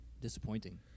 disappointing